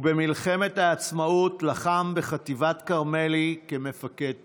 ובמלחמת העצמאות לחם בחטיבת כרמלי כמפקד פלוגה.